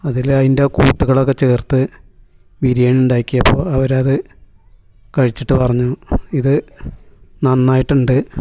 അതിൽ അതിൻ്റെ കൂട്ടുകളൊക്കെ ചെർത്ത് ബിരിയാണി ഉണ്ടാക്കിയപ്പോൾ അവർ അത് കഴിച്ചിട്ട് പറഞ്ഞു ഇത് നന്നായിട്ടുണ്ട്